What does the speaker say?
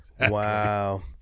Wow